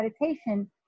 meditation